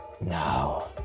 Now